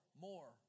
more